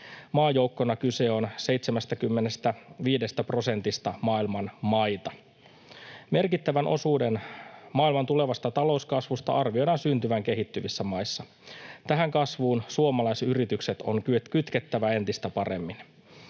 Maajoukkona kyse on 75 prosentista maailman maista. Merkittävän osuuden maailman tulevasta talouskasvusta arvioidaan syntyvän kehittyvissä maissa. Tähän kasvuun suomalaisyritykset on kytkettävä entistä paremmin.